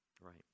right